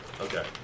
Okay